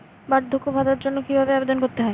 বার্ধক্য ভাতার জন্য কিভাবে আবেদন করতে হয়?